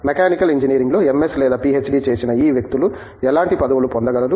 mechanical ఇంజనీరింగ్లో MS లేదా PhD చేసిన ఈ వ్యక్తులు ఎలాంటి పదవులు పొందగలరు